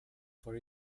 for